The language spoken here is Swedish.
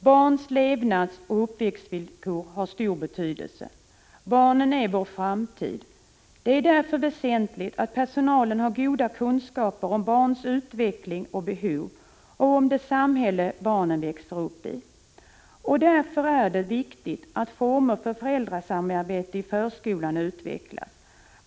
Barnens levnadsoch uppväxtvillkor har stor betydelse. Barnen är vår framtid. Det är därför väsentligt att personalen har goda kunskaper om barns utveckling och behov och om det samhälle barnen växer upp. Därför är det viktigt att former för föräldrasamarbete i förskolan utvecklas.